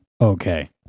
Okay